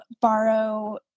borrow